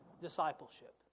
discipleship